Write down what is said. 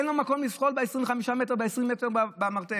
אין לו מקום לזחול ב-25 מטר, ב-20 מטר במרתף.